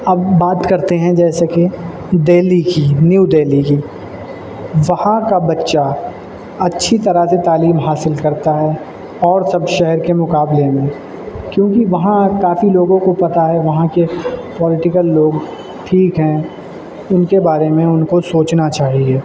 اب بات کرتے ہیں جیسے کہ دہلی کی نیو دہلی کی وہاں کا بچہ اچھی طرح سے تعلیم حاصل کرتا ہے اور سب شہر کے مقابلے میں کیونکہ وہاں کافی لوگوں کو پتا ہے وہاں کے پولٹکل لوگ ٹھیک ہیں ان کے بارے میں ان کو سوچنا چاہیے